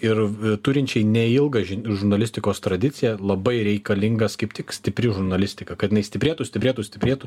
ir turinčiai neilgą žurnalistikos tradicija labai reikalingas kaip tik stipri žurnalistika kad jinai stiprėtų stiprėtų stiprėtų